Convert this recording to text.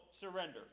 surrender